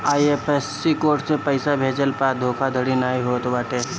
IFSC code से पइसा भेजला पअ धोखाधड़ी नाइ होत बाटे